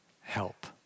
help